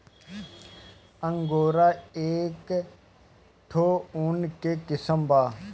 angora एक ठो ऊन के किसिम बा